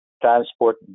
transport